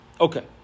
Okay